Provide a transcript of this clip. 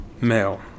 male